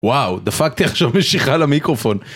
וואו, דפקתי עכשיו משיכה למיקרופון.